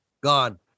gone